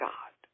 God